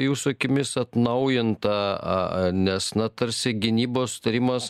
jūsų akimis atnaujinta nes na tarsi gynybos sutarimas